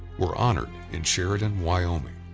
were honored in sheridan, wyoming.